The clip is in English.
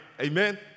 Amen